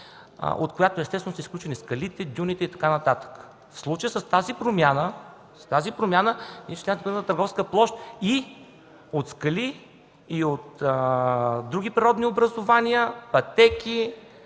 от която естествено са изключени скалите, дюните, в случая с тази промяна изчисляването на търговска площ от скали, от други природни образования и пътеки